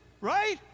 Right